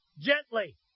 Gently